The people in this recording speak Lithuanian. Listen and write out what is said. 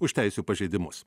už teisių pažeidimus